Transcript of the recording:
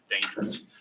dangerous